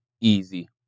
easy